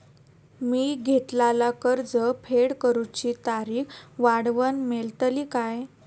मी घेतलाला कर्ज फेड करूची तारिक वाढवन मेलतली काय?